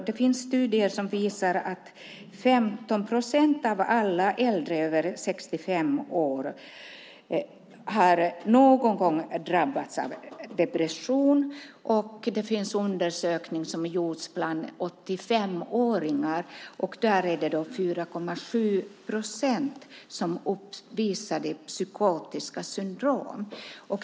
Det finns studier som visar att 15 procent av alla äldre över 65 år någon gång har drabbats av depression. Det finns en undersökning som har gjorts bland 85-åringar. Där är det 4,7 procent som uppvisar psykotiska syndrom.